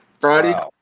Friday